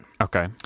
Okay